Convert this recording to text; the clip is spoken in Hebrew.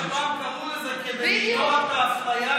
רק שפעם קראו לזה כדי למנוע את האפליה